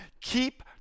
Keep